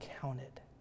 counted